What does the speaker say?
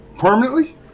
Permanently